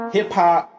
Hip-hop